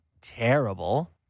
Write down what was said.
terrible